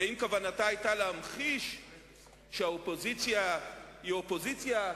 ואם כוונתה היתה להמחיש שהאופוזיציה היא אופוזיציה,